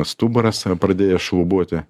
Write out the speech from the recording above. stuburas a pradėjo šlubuoti